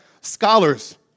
Scholars